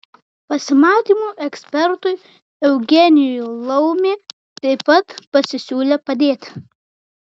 pasimatymų ekspertui eugenijui laumė taip pat pasisiūlė padėti